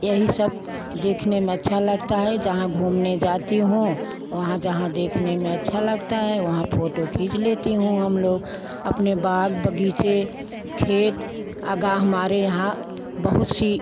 यही सब देखने में अच्छा लगता है जहाँ घूमने जाती हूँ वहाँ जहाँ देखने में अच्छा लगता है वहाँ फ़ोटो खींच लेती हूँ हम लोग अपने बाग बगीचे खेत अगा हमारे यहाँ बहुत सी